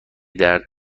درد